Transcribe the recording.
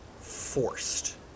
forced